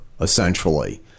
essentially